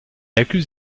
accuse